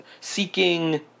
seeking